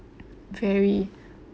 very